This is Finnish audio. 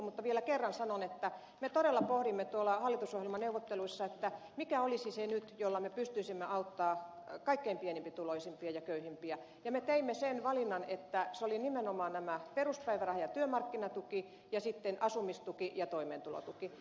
mutta vielä kerran sanon että me todella pohdimme tuolla hallitusohjelmaneuvotteluissa mikä nyt olisi se jolla me pystyisimme auttamaan kaikkein pienituloisimpia ja köyhimpiä ja me teimme sen valinnan että se oli nimenomaan peruspäiväraha ja työmarkkinatuki ja sitten asumistuki ja toimeentulotuki